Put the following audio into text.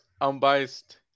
unbiased